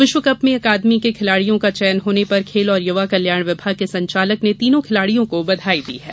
विश्व कप में अकादमी के खिलाड़ियों का चयन होने पर खेल और युवा कल्याण विभाग के संचालक ने तीनों खिलाड़ियों को बधाई दी है